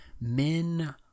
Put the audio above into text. Men